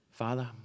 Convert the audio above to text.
father